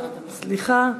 סליחה,